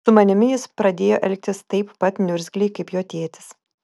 su manimi jis pradėjo elgtis taip pat niurzgliai kaip jo tėtis